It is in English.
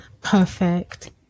perfect